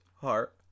heart